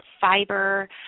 fiber